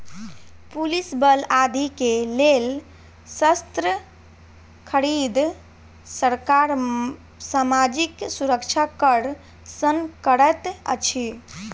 police बल आदि के लेल शस्त्र खरीद, सरकार सामाजिक सुरक्षा कर सँ करैत अछि